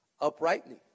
uprightly